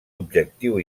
objectiu